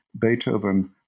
Beethoven